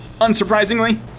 unsurprisingly